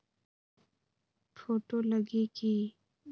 Photo लगी कि?